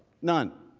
none.